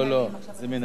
זה מינהליים, בסדר-היום.